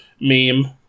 meme